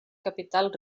capital